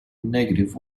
negative